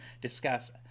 discuss